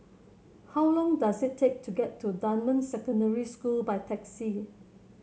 how long does it take to get to Dunman Secondary School by taxi